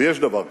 ויש דבר כזה.